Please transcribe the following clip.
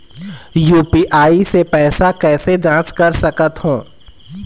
UPI से पैसा कैसे जाँच कर सकत हो?